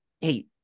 hey